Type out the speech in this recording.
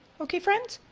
okay, friends?